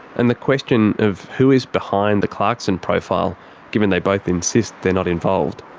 and the question of who is behind the clarkson profile given they both insist they're not involved,